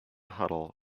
huddle